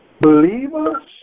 Believers